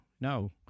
no